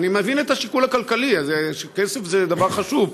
אני מבין את השיקול הכלכלי, כסף זה דבר חשוב.